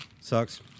Sucks